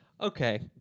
Okay